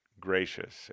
gracious